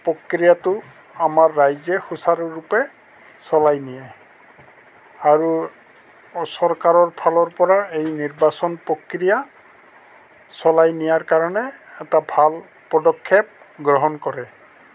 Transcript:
প্ৰক্ৰিয়াটো আমাৰ ৰাইজে সুচাৰুৰূপে চলাই নিয়ে আৰু চৰকাৰৰ ফালৰ পৰা এই নিৰ্বাচন প্ৰক্ৰিয়া চলাই নিয়াৰ কাৰণে এটা ভাল পদক্ষেপ গ্ৰহণ কৰে